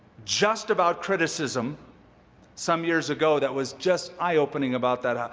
just about criticism some years ago that was just eye-opening about that.